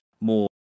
more